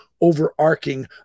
overarching